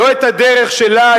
לא את הדרך שלה,